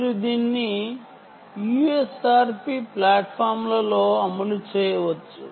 మీరు దీన్ని యుఎస్ఆర్పి ప్లాట్ఫామ్ల లో అమలు చేయవచ్చు